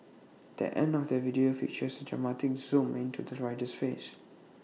the end of the video features A dramatic zoom into the rider's face